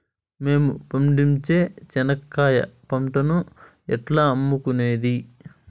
మేము పండించే చెనక్కాయ పంటను ఎట్లా అమ్ముకునేది?